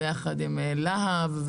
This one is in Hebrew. ביחד עם לה"ב.